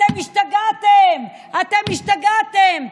אתם השתגעתם, אתם השתגעתם.